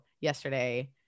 yesterday